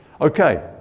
okay